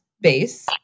base